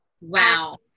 Wow